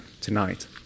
tonight